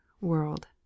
world